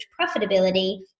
profitability